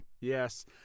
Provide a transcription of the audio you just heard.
Yes